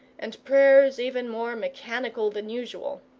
and prayers even more mechanical than usual,